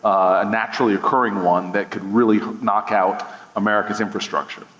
a naturally occurring one that could really knock out america's infrastructure.